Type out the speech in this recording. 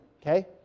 okay